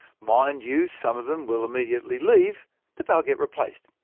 mind you, some of them will immediately leave but they'll get replaced.